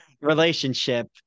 relationship